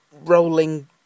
rolling